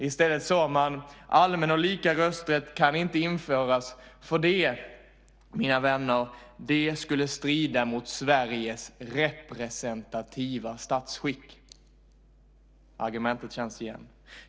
I stället sade man: Allmän och lika rösträtt kan inte införas eftersom det, mina vänner, skulle strida mot Sveriges representativa statsskick. Argumentet känns igen.